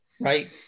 right